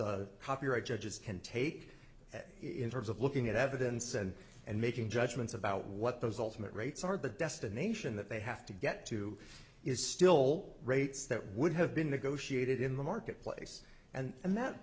the copyright judges can take in terms of looking at evidence and and making judgments about what those ultimate rates are the destination that they have to get to is still rates that would have been negotiated in the marketplace and that that